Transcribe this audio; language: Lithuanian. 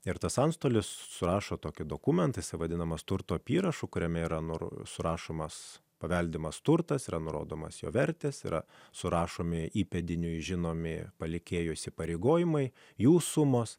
ir tas antstolis surašo tokį dokumentuose vadinamas turto apyrašą kuriame yra nurašomas paveldimas turtas yra nurodomas jo vertės yra surašomi įpėdiniui žinomi palikėjo įsipareigojimai jų sumos